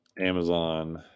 Amazon